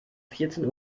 vierzehn